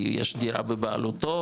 כי יש דירה בבעלותו,